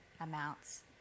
amounts